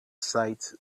sight